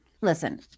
listen